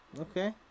Okay